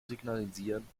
signalisieren